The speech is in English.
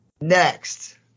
Next